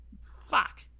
Fuck